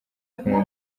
kunywa